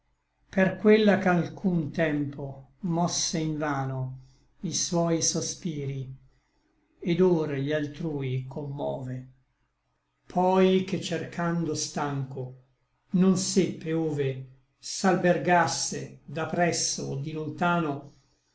per quella ch'alcun tempo mosse invano i suoi sospiri et or gli altrui commove poi che cercando stanco non seppe ove s'albergasse da presso o di lontano